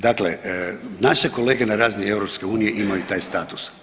Dakle naše kolege na razini EU imaju taj status.